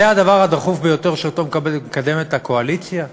זה הדבר הדחוף ביותר שהקואליציה מקדמת?